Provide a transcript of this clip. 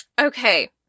Okay